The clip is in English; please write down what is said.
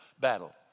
battle